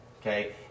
okay